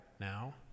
now